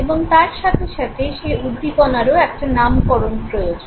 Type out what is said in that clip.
এবং তার সাথে সাথে সেই উদ্দীপনারও একটা নামকরণ প্রয়োজন